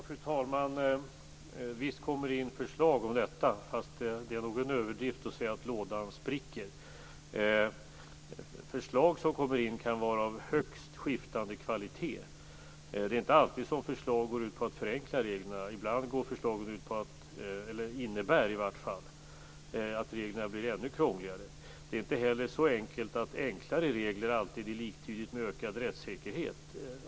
Fru talman! Visst kommer det in förslag om detta. Fast det är nog en överdrift att säga att lådan spricker. Förslag som kommer in kan vara av högst skiftande kvalitet. Det är inte alltid som förslag går ut på att förenkla reglerna. Ibland innebär de att reglerna blir ännu krångligare. Det är inte heller så enkelt att enklare regler alltid är liktydigt med ökad rättssäkerhet.